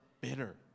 bitter